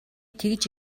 тэгж